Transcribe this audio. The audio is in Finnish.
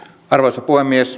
arvoisa puhemies